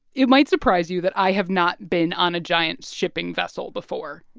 it might surprise you that i have not been on a giant shipping vessel before.